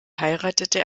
heiratete